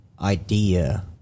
idea